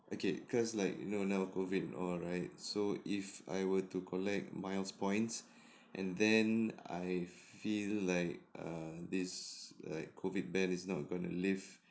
okay cause like you know now COVID and all right so if I were to collect miles points and then I feel like err this like COVID ban is not gonna lift